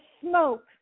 smoke